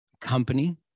company